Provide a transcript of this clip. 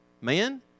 man